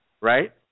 right